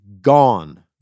gone